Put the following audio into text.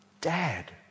Dad